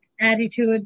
attitude